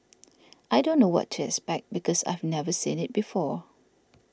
I don't know what to expect because I've never seen it before